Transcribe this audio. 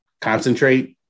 concentrate